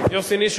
לא, לא,